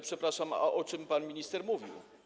Przepraszam, a o czym pan minister mówił?